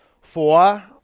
Four